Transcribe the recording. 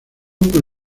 con